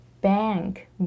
bank